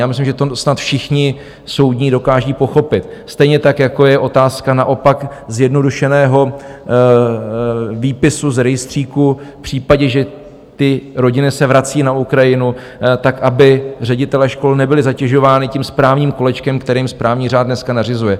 Já myslím, že to snad všichni soudní dokážou pochopit stejně tak, jako je otázka naopak zjednodušeného výpisu z rejstříku v případě, že ty rodiny se vrací na Ukrajinu, aby ředitelé škol nebyli zatěžováni tím správním kolečkem, které jim správní řád dneska nařizuje.